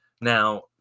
Now